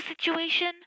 situation